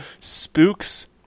spooks